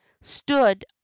stood